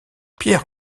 pierre